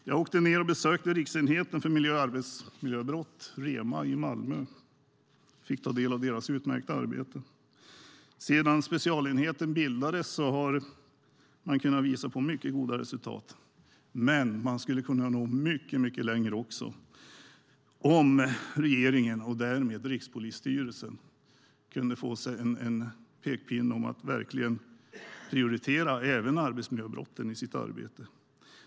Jag besökte Riksenheten för miljö och arbetsmiljömål, Rema, i Malmö och fick ta del av deras utmärkta arbete. Sedan specialenheten bildades har man visat på mycket goda resultat, men man skulle kunna nå ännu längre om regeringen och därmed Rikspolisstyrelsen får en pekpinne att prioritera även arbetsmiljöbrotten i sitt arbete.